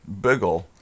Biggle